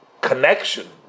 connection